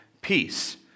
peace